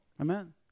Amen